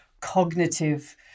cognitive